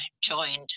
joined